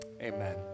amen